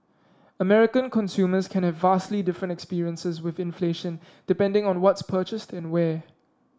American consumers can have vastly different experiences with inflation depending on what's purchased and where